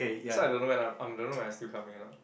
so I don't know when I'm I don't know when I still coming or not